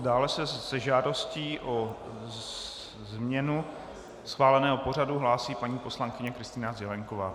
Dále se žádostí o změnu schváleného pořadu hlásí paní poslankyně Kristýna Zelienková.